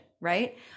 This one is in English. Right